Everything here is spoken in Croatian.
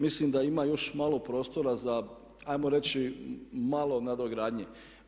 Mislim da ima još malo prostora za ajmo reći malo nadogradnje.